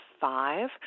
five